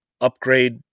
upgrade